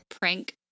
prank